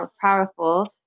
powerful